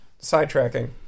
sidetracking